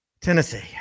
Tennessee